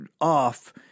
off